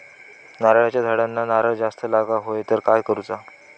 नारळाच्या झाडांना नारळ जास्त लागा व्हाये तर काय करूचा?